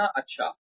कितना अच्छा